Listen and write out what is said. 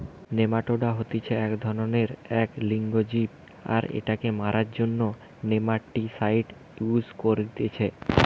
nematoda হতিছে এক ধরণেরএক লিঙ্গ জীব আর এটাকে মারার জন্য নেমাটিসাইড ইউস করতিছে